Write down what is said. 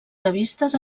revistes